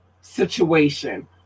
situation